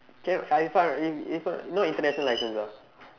can I find right it's it's not no no international license ah